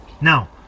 Now